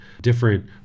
different